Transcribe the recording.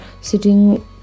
sitting